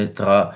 tra